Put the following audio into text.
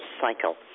cycle